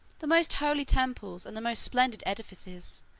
the most holy temples, and the most splendid edifices,